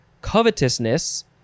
covetousness